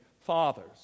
fathers